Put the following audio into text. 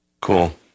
Cool